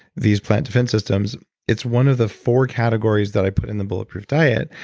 these plant defense systems, it's one of the four categories that i put in the bulletproof diet.